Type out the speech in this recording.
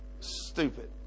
stupid